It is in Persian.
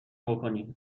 بکنی